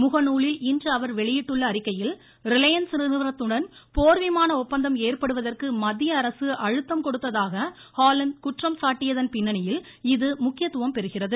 முகநூலில் இன்று அவர் வெளியிட்டுள்ள அறிக்கையில் நிறுவனத்துடன் போர் விமான ஒப்பந்தம் ஏற்படுவதற்கு மத்திய அரசு அழுத்தம் கொடுத்ததாக ஹோலந்து குற்றம் சாட்டியதன் பின்ணியில் இது முக்கியத்துவம் பெறுகிறது